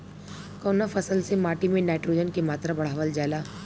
कवना फसल से माटी में नाइट्रोजन के मात्रा बढ़ावल जाला?